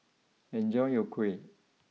enjoy your Kuih